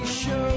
show